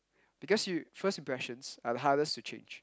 because you~ first impressions are the hardest to change